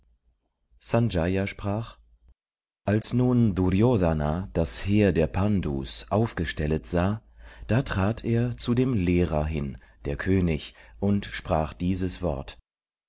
sanjaya sprach als nun duryodhana das heer der pndus aufgestellet sah da trat er zu dem lehrer hin der könig und sprach dieses wort